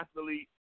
athlete